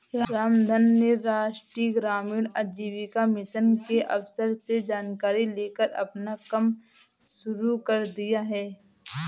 रामधन ने राष्ट्रीय ग्रामीण आजीविका मिशन के अफसर से जानकारी लेकर अपना कम शुरू कर दिया है